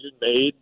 made